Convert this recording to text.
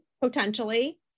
potentially